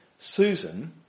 Susan